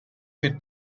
più